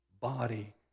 body